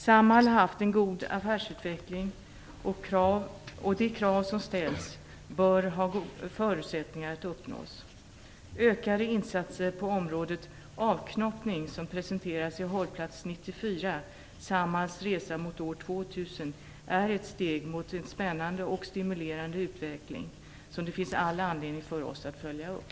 Samhall har haft en god affärsutveckling, och de krav som ställs bör ha förutsättningar att uppnås. 2000, är ett steg mot en spännande och stimulerande utveckling som det finns all anledning för oss att följa upp.